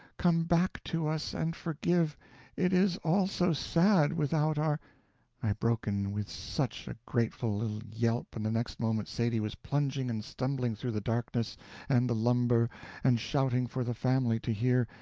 come back to us, and forgive it is all so sad without our i broke in with such a grateful little yelp, and the next moment sadie was plunging and stumbling through the darkness and the lumber and shouting for the family to hear,